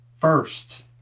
first